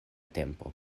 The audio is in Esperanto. tempo